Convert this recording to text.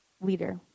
leader